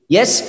Yes